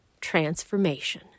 transformation